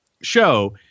show